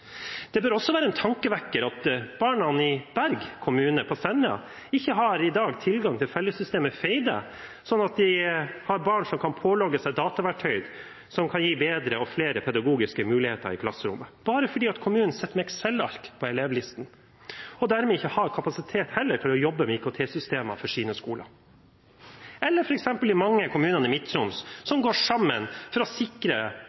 Det bør også være en tankevekker at barna i Berg kommune på Senja i dag ikke har tilgang til fellessystemet Feide, slik at de ikke kan logge seg på dataverktøy som kan gi bedre og flere pedagogiske muligheter i klasserommet, bare fordi kommunen sitter med Excel-ark på elevlisten og dermed ikke har kapasitet til å jobbe med IKT-systemer på sine skoler. Jeg kan også nevne de mange kommunene i Midt-Troms som går sammen for å sikre